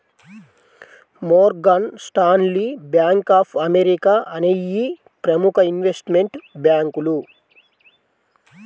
Morgan Stanley, bank of America అనేయ్యి ప్రముఖ investment బ్యేంకులు